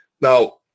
Now